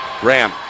Graham